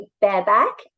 bareback